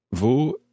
Wo